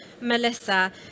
Melissa